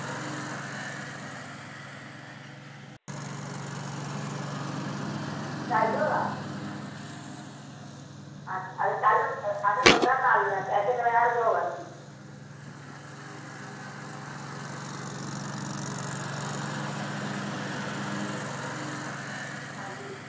ढाई सौ दा ते असें लोड़दा कल्ल किन्ने बजे हारे थ्होग असेंगी आं जी